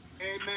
amen